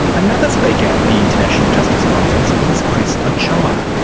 another speaker at the international justice conference was chris ochoa.